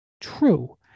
true